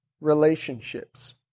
relationships